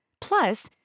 Plus